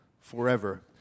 forever